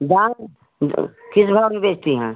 दाम किस भाव में बेचती हैं